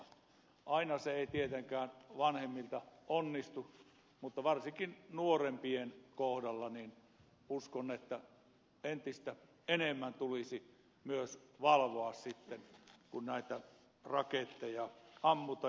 aina se ei tietenkään vanhemmilta onnistu mutta varsinkin nuorempien kohdalla uskon että entistä enemmän tulisi myös valvoa sitten kun näitä raketteja ammutaan